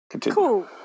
cool